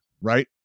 right